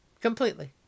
Completely